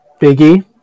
Biggie